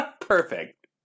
Perfect